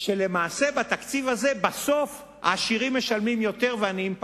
שלמעשה בתקציב הזה בסוף העשירים משלמים יותר והעניים פחות.